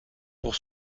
pour